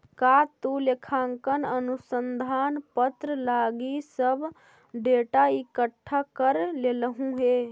का तु लेखांकन अनुसंधान पत्र लागी सब डेटा इकठ्ठा कर लेलहुं हे?